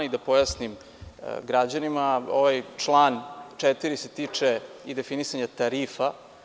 Da pojasnim građanima, ovaj član 4. se tiče i definisanja tarifa.